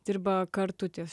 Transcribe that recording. dirba kartu ties